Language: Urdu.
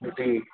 جی